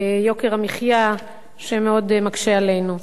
יוקר המחיה, שמאוד מקשה עלינו.